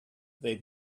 they